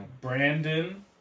Brandon